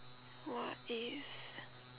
what is